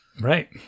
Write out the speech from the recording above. Right